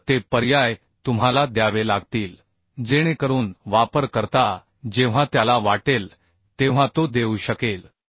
तर ते पर्याय तुम्हाला द्यावे लागतील जेणेकरून वापरकर्ता जेव्हा त्याला वाटेल तेव्हा तो देऊ शकेल